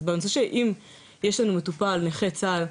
אז אם יש לנו מטופל נכה צה"ל,